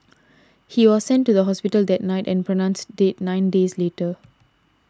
he was sent to the hospital that night and pronounced dead nine days later